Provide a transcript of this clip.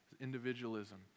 Individualism